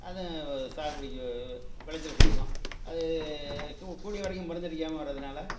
அதுவும் சாகுபடிக்கு விளைச்சல் கொடுக்கும் அது கூ கூடிய வரைக்கும் மருந்தடிக்காமல் வர்றதுனால்